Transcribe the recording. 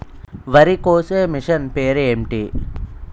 వరి కోసే మిషన్ పేరు ఏంటి